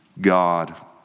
God